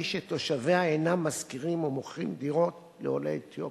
שתושביה אינם משכירים או מוכרים דירות לעולי אתיופיה,